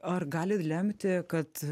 ar gali lemti kad